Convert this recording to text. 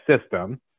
system